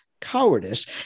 cowardice